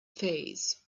fays